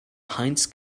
hinds